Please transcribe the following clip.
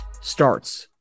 starts